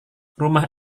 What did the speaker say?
rumah